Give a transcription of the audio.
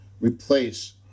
replace